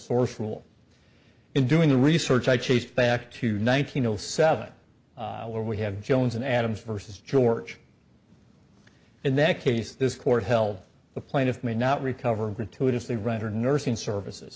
source rule in doing the research i chased back to nineteen zero seven where we have jones and adams versus george in that case this court held the plaintiff may not recover gratuitously render nursing services